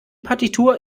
partitur